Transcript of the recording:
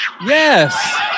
Yes